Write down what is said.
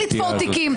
רגיל לתפור תיקים.